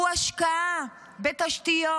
הוא השקעה בתשתיות